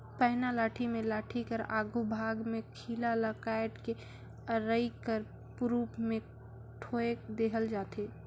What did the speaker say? पैना लाठी मे लाठी कर आघु भाग मे खीला ल काएट के अरई कर रूप मे ठोएक देहल जाथे